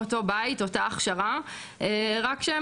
ע מאוד מעניין אבל האופי והעומס של